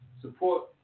Support